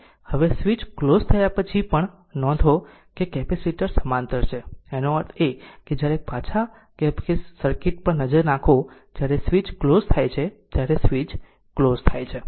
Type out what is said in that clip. હવે switch close થયા પછી પણ નોંધો કે કેપેસિટર સમાંતર છે એનો અર્થ એ કે જ્યારે પાછા સર્કિટ પર નજર નાખો કે જ્યારે સ્વીચ ક્લોઝ થાય છે ત્યારે સ્વીચ ક્લોઝ થાય છે